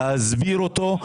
להסביר אותו,